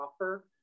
offer